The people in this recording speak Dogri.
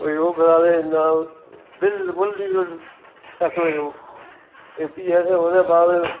नां कोई ओह् करै दे नां बिल्कुल बी फ्ही असें ओह्दे बाद